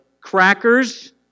crackers